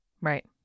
Right